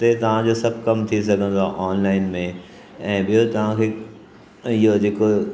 ते तव्हां जो सभु थी सघंदो आहे ऑनलाइन में ऐं ॿियों तव्हां खे इहो जेको